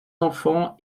enfants